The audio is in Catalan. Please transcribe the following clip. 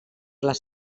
les